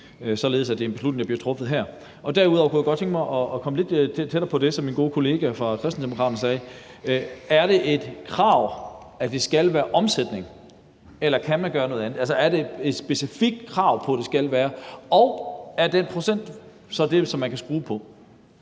således at det er en beslutning, der bliver truffet her? Derudover kunne jeg godt tænke mig at komme lidt tættere på det, som min gode kollega fra Kristendemokraterne nævnte. Er det et krav, at det skal være omsætning, eller kan man gøre noget andet? Altså, er der et specifikt krav om, at det skal være det, og er den procent så det, man kan skrue på?